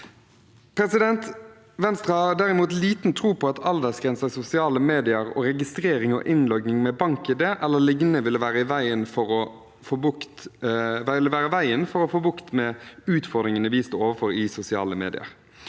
i fjor. Venstre har derimot liten tro på at aldersgrenser i sosiale medier og registrering og innlogging med BankID e.l. vil være veien å gå for å få bukt med utfordringene vi står overfor i sosiale medier.